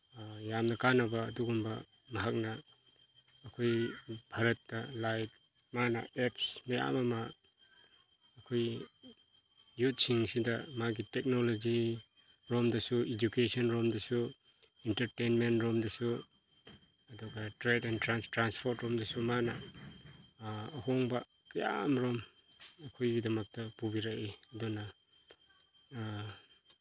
ꯌꯥꯝꯅ ꯀꯥꯅꯕ ꯑꯗꯨꯒꯨꯝꯕ ꯃꯍꯥꯛꯅ ꯑꯩꯈꯣꯏ ꯚꯥꯔꯠꯇ ꯂꯥꯏꯛ ꯃꯥꯅ ꯑꯦꯞꯁ ꯃꯌꯥꯝ ꯑꯃ ꯑꯩꯈꯣꯏ ꯌꯨꯠꯁꯤꯡꯁꯤꯗ ꯃꯥꯒꯤ ꯇꯦꯛꯅꯣꯂꯣꯖꯤꯔꯣꯝꯗꯁꯨ ꯏꯗꯨꯀꯦꯁꯟꯂꯣꯝꯗꯁꯨ ꯏꯟꯇꯔꯇꯦꯟꯃꯦꯟꯂꯣꯝꯗꯁꯨ ꯑꯗꯨꯒ ꯇ꯭ꯔꯦꯠ ꯑꯦꯟ ꯇ꯭ꯔꯥꯟꯄꯣꯔꯠꯂꯣꯝꯗꯁꯨ ꯃꯥꯅ ꯑꯍꯣꯡꯕ ꯀꯌꯥꯃꯔꯨꯝ ꯑꯩꯈꯣꯏꯒꯤꯗꯃꯛꯇ ꯄꯨꯕꯤꯔꯛꯏ ꯑꯗꯨꯅ